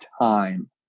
time